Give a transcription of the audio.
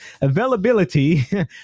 availability